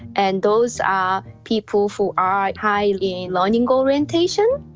and those are people who are high in learning goal orientation.